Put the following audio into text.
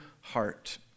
heart